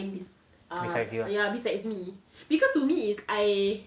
besides you ah